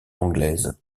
anglaise